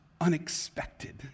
unexpected